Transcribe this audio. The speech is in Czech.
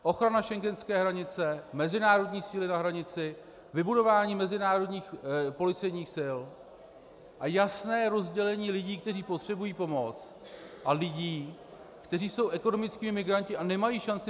Ochrana schengenské hranice, mezinárodní síly na hranici, vybudování mezinárodních policejních sil a jasné rozdělení lidí, kteří potřebují pomoc, a lidí, kteří jsou ekonomickými migranty a nemají šanci v Evropě získat azyl.